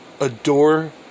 adore